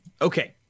Okay